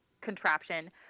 contraption